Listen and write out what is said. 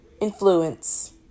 influence